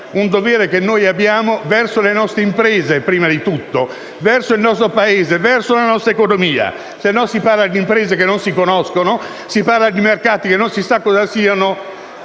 un dovere che abbiamo verso le nostre imprese, prima di tutto, verso il nostro Paese e verso la nostra economia. Altrimenti, parliamo di imprese che non si conoscono, di mercati che non sappiamo cosa siano